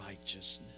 righteousness